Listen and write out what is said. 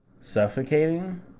suffocating